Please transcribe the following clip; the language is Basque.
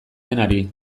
denari